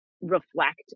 reflect